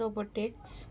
robotics